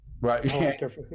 Right